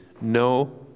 no